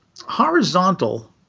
Horizontal